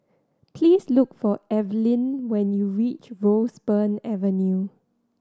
please look for Eveline when you reach Roseburn Avenue